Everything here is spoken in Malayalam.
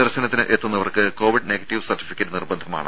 ദർശനത്തിനെത്തുന്നവർക്ക് കോവിഡ് നെഗറ്റീവ് സർട്ടിഫിക്കറ്റ് നിർബന്ധമാണ്